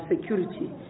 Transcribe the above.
security